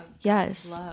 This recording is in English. Yes